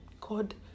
God